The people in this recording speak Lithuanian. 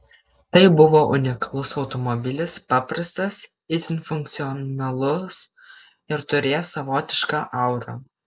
tai buvo unikalus automobilis paprastas itin funkcionalus ir turėjęs savotišką aurą